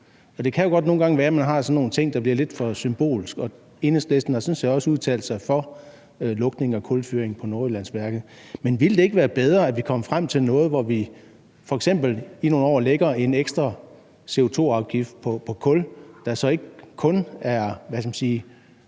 gange være, at man har sådan nogle ting, der bliver lidt for symbolske. Enhedslisten har sådan set også udtalt sig for lukning af kulfyringen på Nordjyllandsværket. Men ville det ikke være bedre, at vi kom frem til noget, hvor vi f.eks. i nogle år lægger en ekstra CO2-afgift på kul, der ikke kun er fokuseret